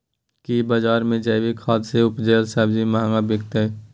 की बजार मे जैविक खाद सॅ उपजेल सब्जी महंगा बिकतै?